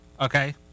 Okay